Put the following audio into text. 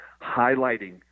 highlighting